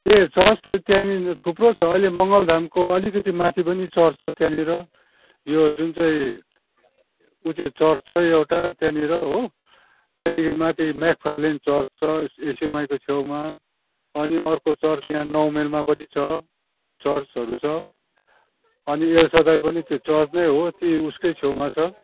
ए church त त्यहाँनिर थुप्रो छ अहिले मङ्गलधामको अलिकति माथि पनि चर्च छ त्यहाँनिर यो जुन चाहिँ उत्यो चर्च छ एउटा त्यहाँनिर हो त्यहाँदेखि माथि म्याकफार्लेन चर्च छ एसयुएमआईको छेउमा अनि अर्को चर्च यहाँ नौ माइलमा पनि छ चर्चहरू छ अनि एल्सादाई पनि त्यो चर्च नै हो त्यही उएसकै छेउमा छ